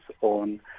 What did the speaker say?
on